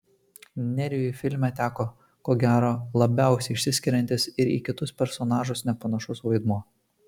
nerijui filme teko ko gero labiausiai išsiskiriantis ir į kitus personažus nepanašus vaidmuo